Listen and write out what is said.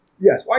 Yes